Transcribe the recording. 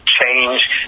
change